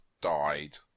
died